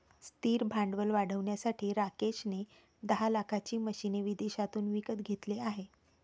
स्थिर भांडवल वाढवण्यासाठी राकेश ने दहा लाखाची मशीने विदेशातून विकत घेतले आहे